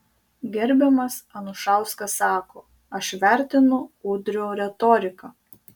gerbiamas anušauskas sako aš vertinu udrio retoriką